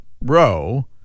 row